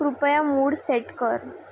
कृपया mood set कर